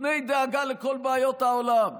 לפני דאגה לכל בעיות העולם,